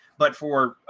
but for,